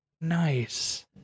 nice